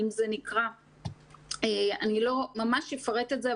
לא אפרט את זה,